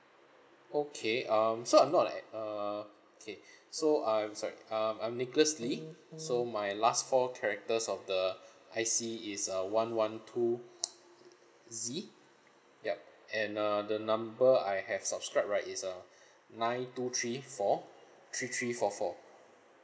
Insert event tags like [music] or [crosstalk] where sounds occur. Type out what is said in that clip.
okay um so I'm not like a okay [breath] so I'm sorry um I'm nicholas lee so my last four characters of the [breath] I_C is uh one one two [noise] Z yup and uh the number I have subscribed right is uh [breath] nine two three four three three four four